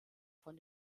von